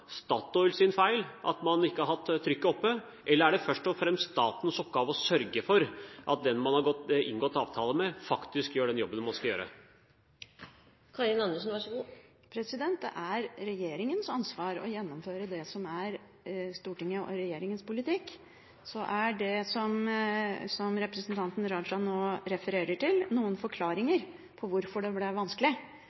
Statoil sin feil at man ikke har holdt trykket oppe, eller er det først og fremst statens oppgave å sørge for at den man har inngått avtale med, faktisk gjør den jobben man skal gjøre? Det er regjeringens ansvar å gjennomføre det som er Stortingets og regjeringens politikk. Så er det som representanten Raja nå refererer til, noen